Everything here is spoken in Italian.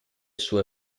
suo